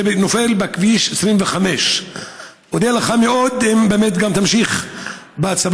זה נופל בכביש 25. אודה לך מאוד אם תמשיך גם בהצבת